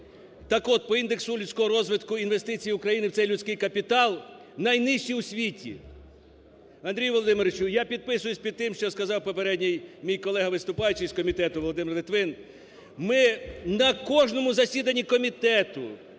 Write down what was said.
Так от, по індексу людського розвитку інвестиції України в цей людський капітал найнижчі у світі. Андрію Володимировичу, я підписуюся під тим, що сказав попередній мій колега-виступаючий з комітету, Володимир Литвин. Ми на кожному засіданні комітету,